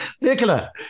Nicola